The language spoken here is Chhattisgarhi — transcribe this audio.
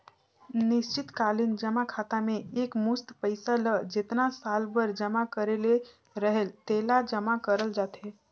निस्चित कालीन जमा खाता में एकमुस्त पइसा ल जेतना साल बर जमा करे ले रहेल तेला जमा करल जाथे